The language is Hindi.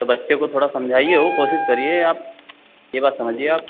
बच्चे को थोड़ा समझाइए कोशिश करिए आप ये बात समझिए आप